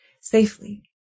safely